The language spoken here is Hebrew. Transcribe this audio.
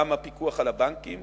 גם הפיקוח על הבנקים